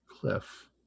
cliff